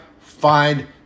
find